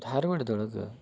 ಧಾರವಾಡದೊಳಗ